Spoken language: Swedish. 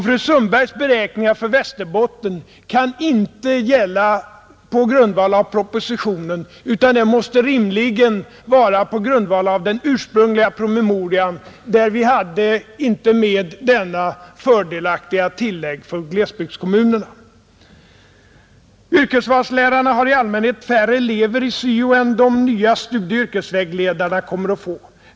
Fru Sundbergs beräkningar för Västerbotten kan inte gälla på grundval av propositionen utan måste rimligen vara gjorda på grundval av den ursprungliga promemorian där vi inte hade med detta fördelaktiga tillägg för glesbygdskommunerna. Yrkesvalslärarna har i allmänhet färre elever i syo än de nya studieoch yrkesvägledarna kommer att få.